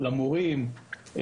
למורים,